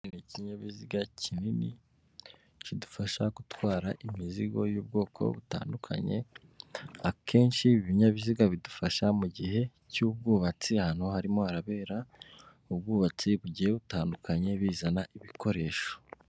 Ikinyabiziga kinini kidufasha gutwara imizigo y'ubwoko butandukanye, akenshi ibinyabiziga bidufasha mu gihe cy'ubwubatsi, ahantu harimo harabera ubwubatsi bugiye butandukanye bizana ibikoresho.